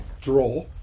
draw